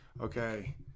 Okay